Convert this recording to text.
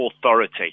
authority